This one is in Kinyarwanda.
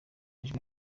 ijwi